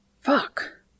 Fuck